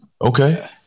okay